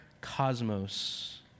cosmos